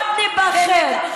ועוד ניבחר,